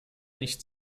nicht